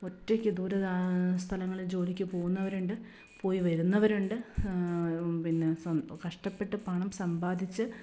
ഒറ്റക്ക് ദൂരെ സ്ഥലങ്ങളിൽ ജോലിയ്ക്ക് പോകുന്നവരുണ്ട് വരുന്നവരുണ്ട് പിന്നെ കഷ്ടപ്പെട്ട് പണം സമ്പാദിച്ച്